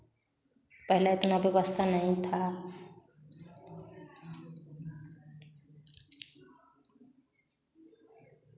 पहले इतना व्यवस्था नहीं था